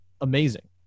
amazing